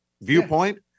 viewpoint